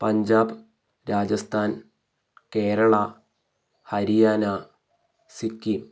Punjab Rajasthan Kerala Haryana Sikkim